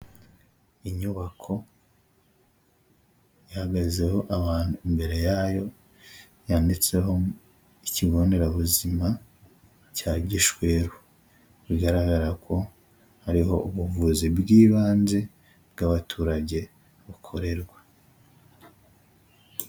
Inyubako ihagazeho abantu imbere yayo yanditseho ikigonderabuzima cya Gishweru bigaragara ko ariho ubuvuzi bw'ibanze bw'abaturage bukorerwa.